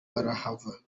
karahava